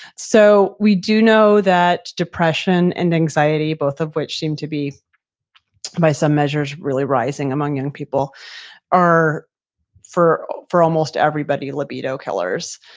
so we do know that depression and anxiety both of which seemed to be by some measures really rising among young people are for for almost everybody libido killers.